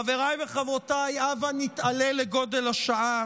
חבריי וחברותיי, הבה נתעלה לגודל השעה.